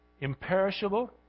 imperishable